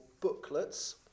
booklets